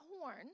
horn